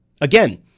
Again